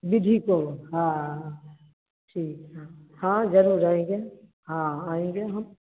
विधि को हाँ ठीक हाँ ज़रूर आएँगे हाँ आएँगे हम